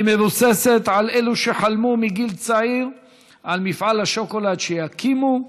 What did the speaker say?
היא מבוססת על אלו שחלמו מגיל צעיר על מפעל השוקולד שיקימו,